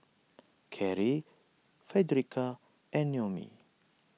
Karie Fredericka and Noemie